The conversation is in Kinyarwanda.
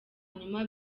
nyuma